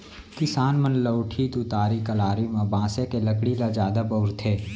किसान मन लउठी, तुतारी, कलारी म बांसे के लकड़ी ल जादा बउरथे